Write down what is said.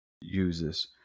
uses